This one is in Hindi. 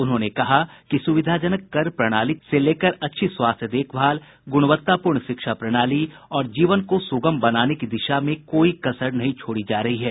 उन्होंने कहा कि सुविधाजनक कर प्रणाली से लेकर अच्छी स्वास्थ्य देखभाल गुणवत्तापूर्ण शिक्षा प्रणाली और जीवन को सुगम बनाने की दिशा में कोई कसर नहीं छोड़ी जा रही है